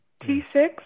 T6